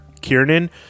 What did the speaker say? Kiernan